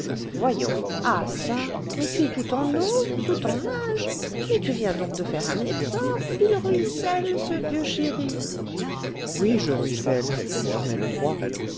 voyons ah çà mais tu es tout en eau tout en nage mais tu viens donc de faire un effort il ruisselle ce vieux chéri oui je ruisselle et j'en ai le droit